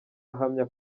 ahamya